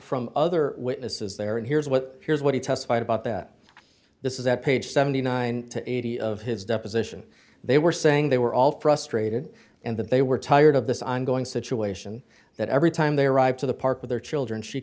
from other witnesses there and here's what here's what he testified about that this is at page seventy nine to eighty of his deposition they were saying they were all frustrated and that they were tired of this ongoing situation that every time they arrived to the park with their children she